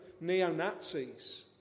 neo-Nazis